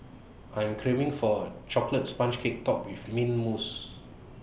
I am craving for A Chocolate Sponge Cake Topped with Mint Mousse